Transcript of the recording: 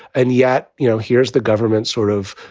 and yet, you know, here's the government's sort of,